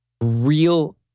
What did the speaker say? real